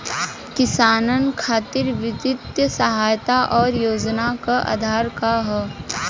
किसानन खातिर वित्तीय सहायता और योजना क आधार का ह?